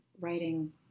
Writing